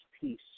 peace